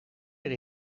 weer